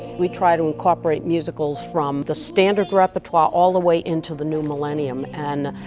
we try to incorporate musicals from the standard repertoire all the way into the new millennium. and,